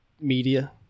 media